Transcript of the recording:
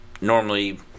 normally –